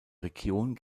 region